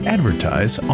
Advertise